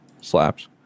slaps